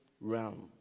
realm